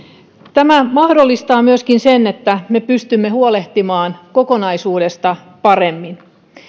tämä mahdollistaa myöskin sen että me pystymme huolehtimaan kokonaisuudesta paremmin